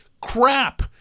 crap